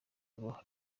ngo